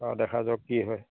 অঁ দেখা যাওক কি হয়